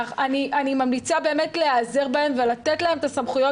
אני ממליצה להיעזר בהם ולתת להם את הסמכויות